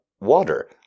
water